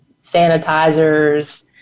sanitizers